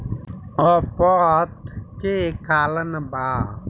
अपच के का कारण बा?